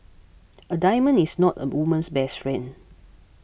a diamond is not a woman's best friend